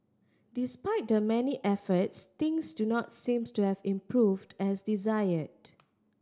despite the many efforts things do not seem to have improved as desired